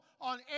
on